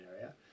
area